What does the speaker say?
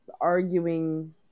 arguing